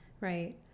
right